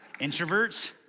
Introverts